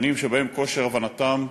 שנים שבהן בכושר הבנתם,